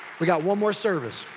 we got one more service.